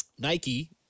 Nike